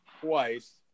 twice